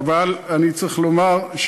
אבל אני צריך לומר,